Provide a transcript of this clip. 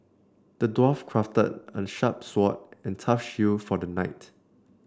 the dwarf crafted a sharp sword and a tough shield for the knight